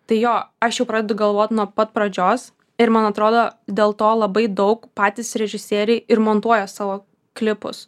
tai jo aš jau pradedu galvot nuo pat pradžios ir man atrodo dėl to labai daug patys režisieriai ir montuoja savo klipus